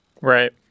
Right